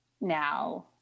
now